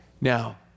Now